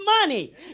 money